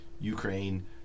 Ukraine